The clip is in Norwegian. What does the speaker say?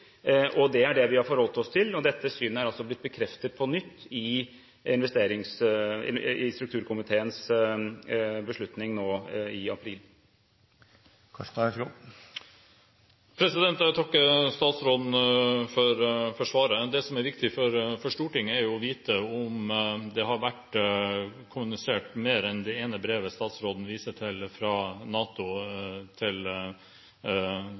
og at det ikke er bruk for basen verken i nåtid eller i framtid. Det er det vi har forholdt oss til. Dette synet er også blitt bekreftet på nytt i strukturkomiteens beslutning nå i april. Jeg takker statsråden for svaret. Det som er viktig for Stortinget, er å vite om det har vært kommunisert mer fra NATO til statsråden enn det ene brevet statsråden viser til,